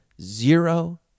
Zero